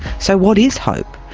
so what is hope?